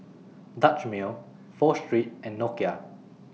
Dutch Mill Pho Street and Nokia